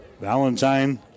Valentine